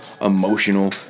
emotional